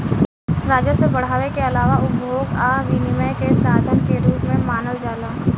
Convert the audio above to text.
राजस्व बढ़ावे के आलावा उपभोग आ विनियम के साधन के रूप में मानल जाला